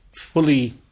fully